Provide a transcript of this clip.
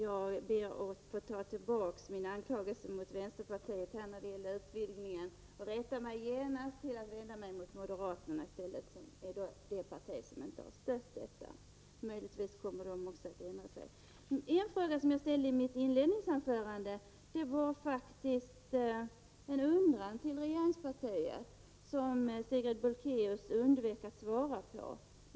Jag ber att nu få ta tillbaks min anklagelse mot vänsterpartiet när det gäller utvidgningen och rättar mig genast med att i stället vända mig mot moderaterna. Det är detta parti som inte har stött förslaget, men möjligtvis kommer också moderaterna att ändra sig. Jag ställde i mitt inledningsanförande en fråga till regeringspartiet som Sigrid Bolkéus undvek att svara på.